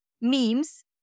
memes